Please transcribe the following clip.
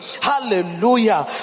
Hallelujah